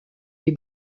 les